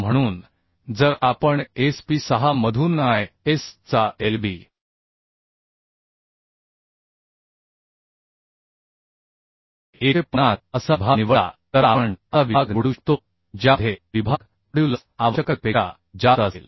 म्हणून जर आपण SP 6 मधून ISचा LB 150 असा विभाग निवडला तर आपण असा विभाग निवडू शकतो ज्यामध्ये विभाग मॉड्युलस आवश्यकतेपेक्षा जास्त असेल